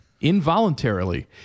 involuntarily